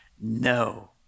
No